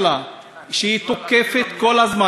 שהיא תוקפת כל הזמן את כל העולם,